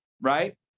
right